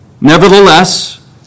Nevertheless